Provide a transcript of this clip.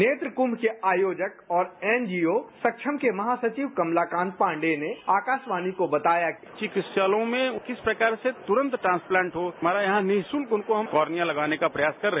नेत्र कुंभ के आयोजक और एनजीओ सक्षम के महासचिव कमलाकांत पांडेय ने आकाशवाणी को बताया चिकित्सालयों में किस प्रकार से तुरंत द्रांसप्तांट हो हमारा यहां निशुल्क उनको हम कोर्निया लगाने का प्रयास कर रहे